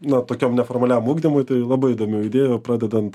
na tokiom neformaliam ugdymui tai labai įdomių idėjų pradedant